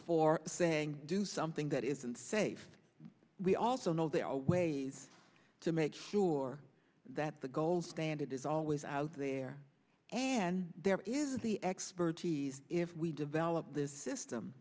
for saying do something that isn't safe we also know there are ways to make sure that the gold standard is always out there and there is the expertise if we develop this system